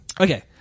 Okay